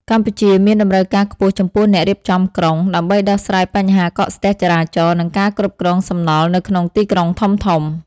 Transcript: កម្ពុជាមានតម្រូវការខ្ពស់ចំពោះអ្នករៀបចំក្រុង ដើម្បីដោះស្រាយបញ្ហាកកស្ទះចរាចរណ៍ និងការគ្រប់គ្រងសំណល់នៅក្នុងទីក្រុងធំៗ។